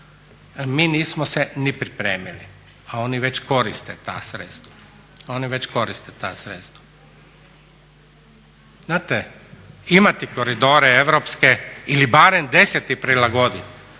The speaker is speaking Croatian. koriste ta sredstva, oni već koriste ta sredstva. Znate, imati koridore europske ili barem deseti prilagodljiv